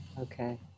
Okay